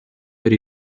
per